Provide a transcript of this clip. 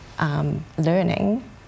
learning